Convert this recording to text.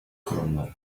kurumları